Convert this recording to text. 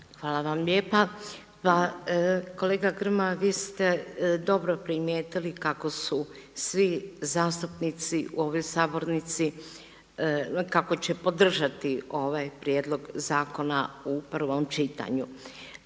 Hvala vam lijepa. Pa kolega Grmoja vi ste dobro primijetili kako su svi zastupnici u ovoj sabornici, kako će podržati ovaj prijedlog zakona u prvom čitanju.